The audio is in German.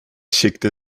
schickte